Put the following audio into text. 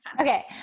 Okay